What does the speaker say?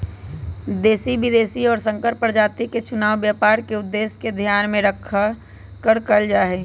देशी, विदेशी और संकर प्रजाति के चुनाव व्यापार के उद्देश्य के ध्यान में रखकर कइल जाहई